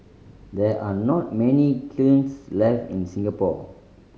there are not many kilns left in Singapore